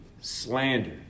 slander